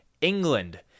England